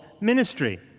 ministry